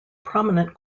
prominent